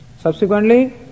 Subsequently